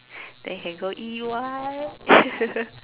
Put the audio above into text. then you can go E_Y